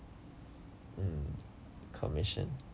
mm commission